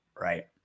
Right